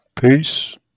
Peace